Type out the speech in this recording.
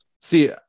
See